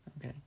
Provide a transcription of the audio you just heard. Okay